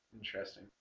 Interesting